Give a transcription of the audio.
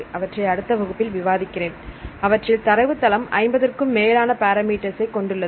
அவற்றை அடுத்த வகுப்பில் விவாதிக்கிறேன் அவற்றில் தரவுத்தளம் 50 க்கும் மேலான பேராமீட்டர்ஸ் கொண்டுள்ளது